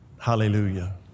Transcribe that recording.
hallelujah